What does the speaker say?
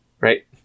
right